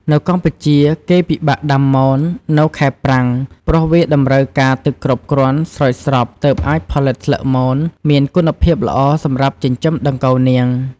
នៅកម្ពុជាគេពិបាកដាំមន នៅខែប្រាំង ព្រោះវាតម្រូវការទឹកគ្រប់គ្រាន់ ស្រោចស្រព ទើបអាចផលិតស្លឹកមន មានគុណភាពល្អសម្រាប់ចិញ្ចឹមដង្កូវនាង។